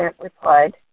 replied